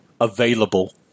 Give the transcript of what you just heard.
available